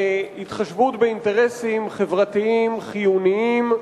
התחשבות באינטרסים חברתיים חיוניים,